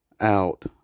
out